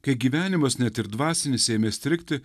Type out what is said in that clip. kai gyvenimas net ir dvasinis ėmė strigti